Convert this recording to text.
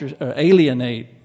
alienate